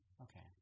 Okay